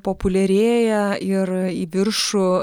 populiarėja ir į viršų